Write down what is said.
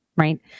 right